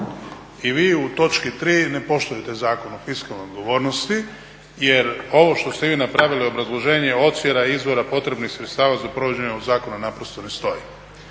I vi u točki 3. ne poštujete Zakon o fiskalnoj odgovornosti jer ovo što ste vi napravili obrazloženje …/Govornik se ne razumije./… izvora potrebnih sredstava za provođenje u zakonu naprosto ne stoji.